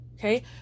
Okay